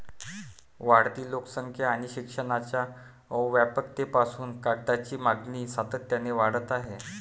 वाढती लोकसंख्या आणि शिक्षणाच्या व्यापकतेपासून कागदाची मागणी सातत्याने वाढत आहे